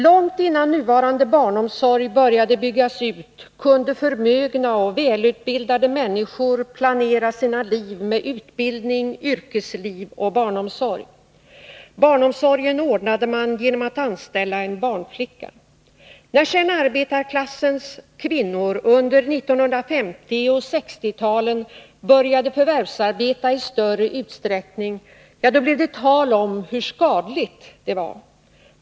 Långt innan nuvarande barnomsorg började byggas ut kunde förmögna och välutbildade människor planera sina liv med utbildning, yrkesliv och barnomsorg. Barnomsorgen ordnade man genom att anställa en barnflicka. När sedan arbetarklassens kvinnor under 1950 och 1960-talen började förvärvsarbeta i större utsträckning, blev det tal om hur skadligt det var.